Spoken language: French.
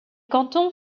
cantons